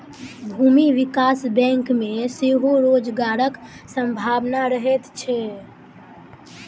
भूमि विकास बैंक मे सेहो रोजगारक संभावना रहैत छै